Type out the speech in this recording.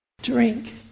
drink